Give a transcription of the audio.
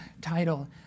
title